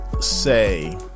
say